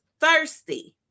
thirsty